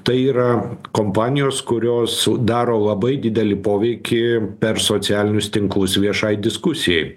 tai yra kompanijos kurios daro labai didelį poveikį per socialinius tinklus viešai diskusijai